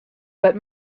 but